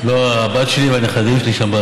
הבת שלי והנכדים שלי שם,